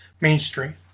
mainstream